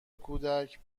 کودک